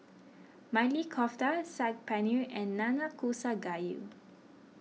Maili Kofta Saag Paneer and Nanakusa Gayu